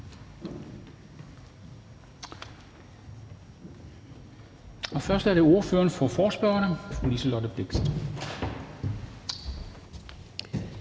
Først er det ordfører for forespørgerne, fru Liselott Blixt.